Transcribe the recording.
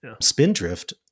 Spindrift